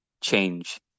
change